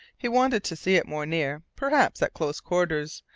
he wanted to see it more near, perhaps at close quarters,